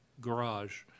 garage